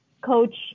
coach